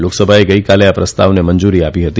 લોકસભાએ ગઇકાલે આ પ્રસ્તાવને મંજૂરી આપી હતી